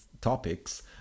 topics